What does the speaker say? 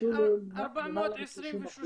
הניצול הוא למעלה מ-30%.